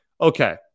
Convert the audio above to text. Okay